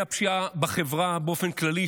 מהפשיעה בחברה באופן כללי,